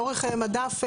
אורך חיי מדף נשאר.